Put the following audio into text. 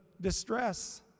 distress